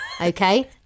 okay